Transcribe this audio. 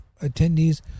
Attendees